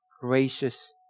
gracious